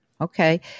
Okay